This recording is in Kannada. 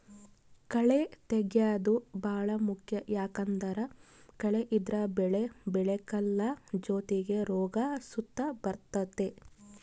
ಕಳೇ ತೆಗ್ಯೇದು ಬಾಳ ಮುಖ್ಯ ಯಾಕಂದ್ದರ ಕಳೆ ಇದ್ರ ಬೆಳೆ ಬೆಳೆಕಲ್ಲ ಜೊತಿಗೆ ರೋಗ ಸುತ ಬರ್ತತೆ